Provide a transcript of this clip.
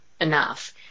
enough